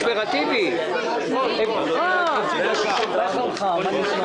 אנחנו פה נדרשים לקבוע מי לחיים